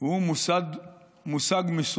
והוא מושג מסוכן,